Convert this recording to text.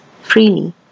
freely